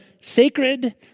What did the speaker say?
sacred